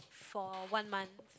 for one month